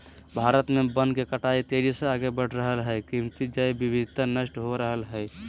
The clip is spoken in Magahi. भारत में वन के कटाई तेजी से आगे बढ़ रहल हई, कीमती जैव विविधता नष्ट हो रहल हई